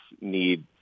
need